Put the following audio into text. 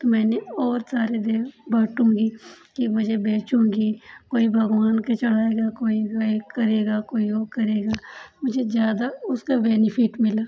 तो मैंने और सारे दे बाटूँगी कि मुझे बेचूँगी कोई भगवान के चढ़ाएगा कोई वे करेगा कोई वो करेगा मुझे ज़्यादा उसका बेनीफिट मिला